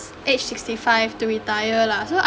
age sixty five to retire lah so